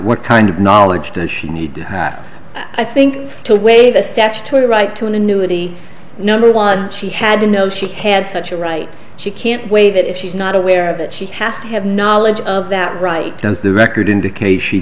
what kind of knowledge does she need to have i think to wave a statutory right to an annuity number one she had to know she had such a right she can't waive it if she's not aware of it she has to have knowledge of that right the record indicates she